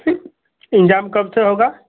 इंजाम कब तक होगा